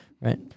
Right